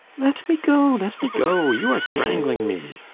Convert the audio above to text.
let me go, let me go you are strangling me!